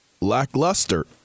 lackluster